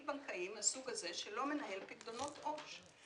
בנקאי מהסוג הזה שלא מנהל פיקדונות עו"ש.